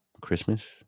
Christmas